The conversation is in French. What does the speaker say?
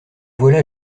voilà